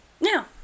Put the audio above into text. now